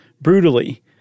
brutally